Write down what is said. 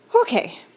Okay